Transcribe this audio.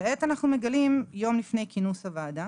כעת אנחנו מגלים יום לפני כינוס הוועדה